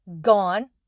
gone